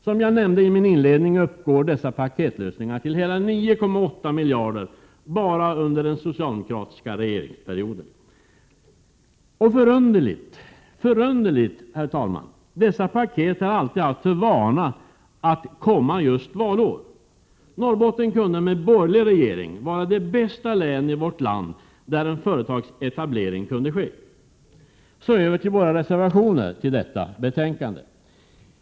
Som jag nämnde i min inledning, uppgår dessa paketlösningar till hela 9,8 miljarder bara sedan 1982, när den socialdemokratiska regeringen tillträdde. Och — förunderligt, förunderligt, herr talman! — dessa paket har alltid haft för vana att komma just valår. Norrbotten kunde med borgerlig regering vara det bästa länet i vårt land för företagsetablering. Så över till våra reservationer till detta betänkande.